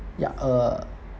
ya uh